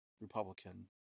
Republican